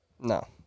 No